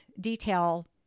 detail